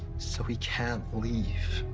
so we can't leave.